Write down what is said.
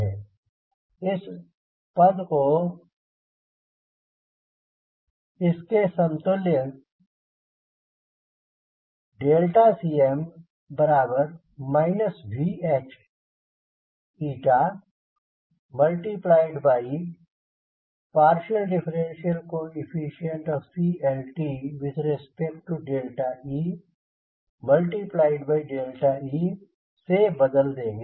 हम इस पद को इसके समतुल्य Cm V H CLtee से बदल देंगे